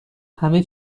همه